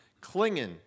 clinging